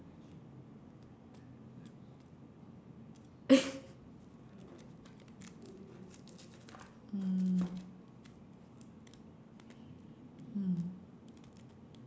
mm mm